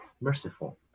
merciful